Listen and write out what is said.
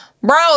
bro